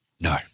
No